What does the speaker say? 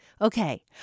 Okay